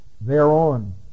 thereon